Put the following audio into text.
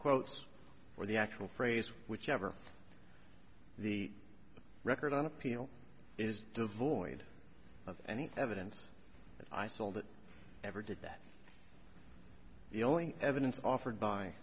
quotes or the actual phrase which ever the record on appeal is devoid of any evidence that i sold it ever did that the only evidence offered by